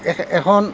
এখন